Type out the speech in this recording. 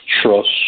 trust